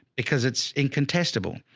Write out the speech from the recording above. because it's incontestable.